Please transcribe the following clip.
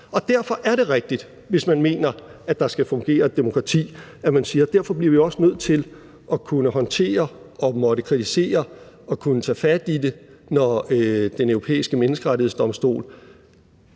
og derfor er det rigtigt – hvis man mener, at der skal være et demokrati, der fungerer – at man siger: Derfor bliver vi også nødt til at kunne håndtere det og må kritisere og kunne tage fat i det, når Den Europæiske Menneskerettighedsdomstol